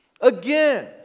Again